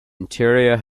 interior